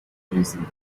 dressing